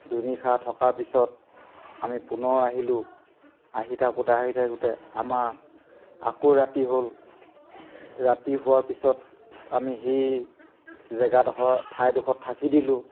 দুনিশা থকাৰ পিছত আমি পুনৰ আহিলোঁ আহি থাকোঁতে আহি থাকোঁতে আমাৰ আকৌ ৰাতি হ'ল ৰাতি হোৱাৰ পিছত আমি সেই জেগাডোখৰ ঠাইডোখৰত থাকি দিলোঁ